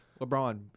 LeBron